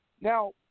Now